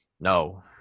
No